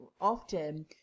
often